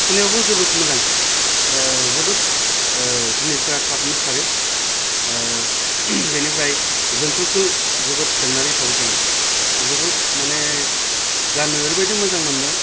सुनायावबो जोबोद मोजां जोबोद जिनिरफ्रा थाबनो खारो बेनिफ्राय जोंखोल खोल जोबोद जोंनानै थाबाय थायो जोबोद माने गाननो ओरैबायदि मोजां मोनदों